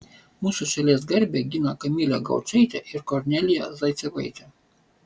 mūsų šalies garbę gina kamilė gaučaitė ir kornelija zaicevaitė